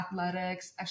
athletics